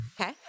Okay